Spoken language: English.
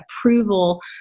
approval